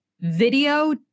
video